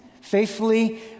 faithfully